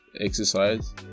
exercise